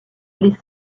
les